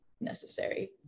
necessary